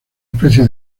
especie